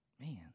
Man